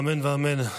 אמן ואמן.